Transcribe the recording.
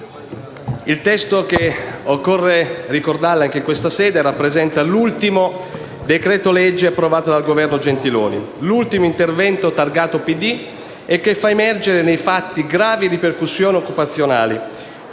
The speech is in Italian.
in esame che, occorre ricordarlo anche in questa sede, rappresenta l'ultimo decreto-legge approvato dal Governo Gentiloni Silveri, l'ultimo intervento targato PD, che fa emergere nei fatti gravi ripercussioni occupazionali